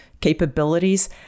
capabilities